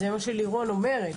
זה מה שלירון אומרת.